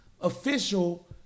official